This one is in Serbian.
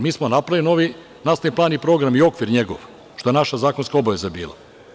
Mi smo napravili novi nastavni plan i program, i okvir njegov, što je naša zakonska obaveza bila.